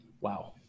Wow